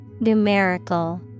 Numerical